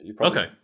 Okay